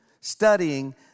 studying